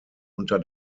unter